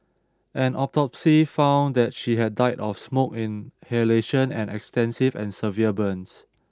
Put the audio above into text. an autopsy found that she had died of smoke inhalation and extensive and severe burns